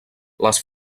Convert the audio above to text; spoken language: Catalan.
les